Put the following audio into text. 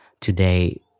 today